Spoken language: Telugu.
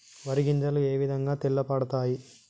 వరి గింజలు ఏ విధంగా తెల్ల పడతాయి?